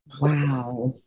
Wow